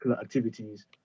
activities